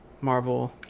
Marvel